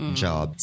job